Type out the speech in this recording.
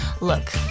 Look